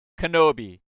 Kenobi